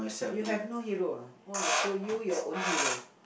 you have no hero ah !wah! so you your own hero